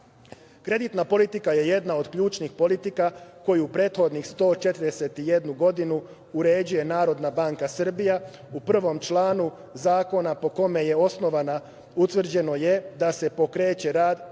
menice. Kreditna politika je jedna od ključnih politika, koju prethodnu 141 godinu uređuje Narodna banka Srbije. U 1. članu zakona po kome je osnovana, utvrđeno je da se pokreće rad